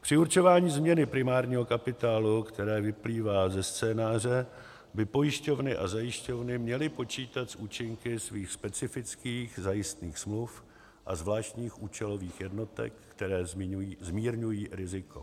Při určování změny primárního kapitálu, která vyplývá ze scénáře, by pojišťovny a zajišťovny měly počítat s účinky svých specifických zajistných smluv a zvláštních účelových jednotek, které zmírňují riziko.